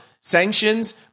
sanctions